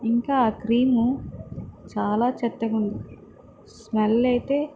ఇంకా ఆ క్రీము చాలా చెత్తగా ఉంది స్మెల్ అయితే